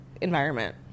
environment